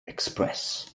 express